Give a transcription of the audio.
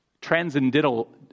transcendental